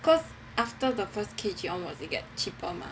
cause after the first K_G onwards it gets cheaper mah